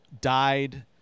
died